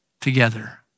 together